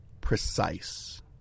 precise